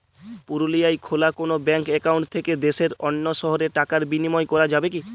পুরুলিয়ায় খোলা কোনো ব্যাঙ্ক অ্যাকাউন্ট থেকে দেশের অন্য শহরে টাকার বিনিময় করা যাবে কি?